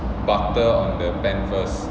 butter on the pan first